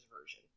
version